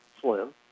Slim